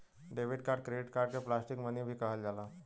debit card credit card के plastic money भी कहल जाला